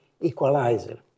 equalizer